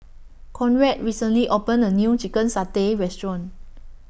Conrad recently opened A New Chicken Satay Restaurant